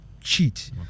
cheat